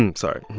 um sorry